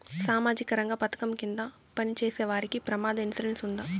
సామాజిక రంగ పథకం కింద పని చేసేవారికి ప్రమాద ఇన్సూరెన్సు ఉందా?